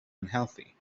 unhealthy